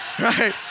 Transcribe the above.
Right